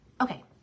Okay